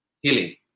healing